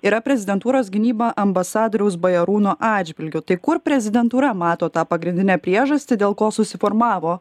yra prezidentūros gynyba ambasadoriaus bajarūno atžvilgiu tai kur prezidentūra mato tą pagrindinę priežastį dėl ko susiformavo